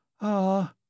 Ah